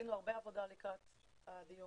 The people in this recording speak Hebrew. עשינו הרבה עבודה לקראת הדיון,